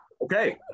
okay